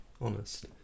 Honest